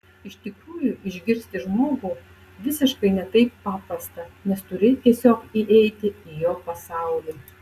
iš tikrųjų išgirsti žmogų visiškai ne taip paprasta nes turi tiesiog įeiti į jo pasaulį